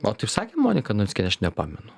o taip sakė monika navickienė aš nepamenu